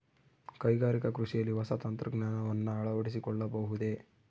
ಕೈಗಾರಿಕಾ ಕೃಷಿಯಲ್ಲಿ ಹೊಸ ತಂತ್ರಜ್ಞಾನವನ್ನ ಅಳವಡಿಸಿಕೊಳ್ಳಬಹುದೇ?